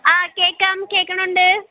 ആ കേൾക്കാം കേൾക്കണുണ്ട്